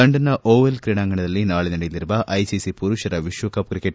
ಲಂಡನ್ನ ಓವಲ್ ಕ್ರೀಡಾಂಗಣದಲ್ಲಿ ನಾಳೆ ನಡೆಯಲಿರುವ ಐಸಿಸಿ ಪುರುಷರ ವಿಶ್ವ ಕಪ್ ಕ್ರಿಕೆಟ್